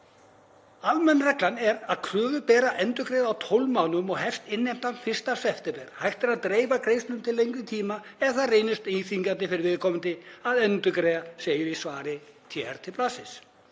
Almenna reglan er að kröfu ber að endurgreiða á 12 mánuðum og hefst innheimtan 1. september. Hægt er að dreifa greiðslum til lengri tíma ef það reynist íþyngjandi fyrir viðkomandi að endurgreiða, segir í svari TR til blaðsins.